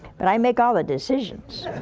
but i make all the decisions.